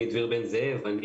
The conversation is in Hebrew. דביר בן זאב, בבקשה.